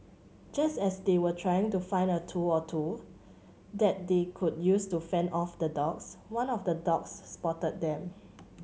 just as they were trying to find a tool or two that they could use to fend off the dogs one of the dogs spotted them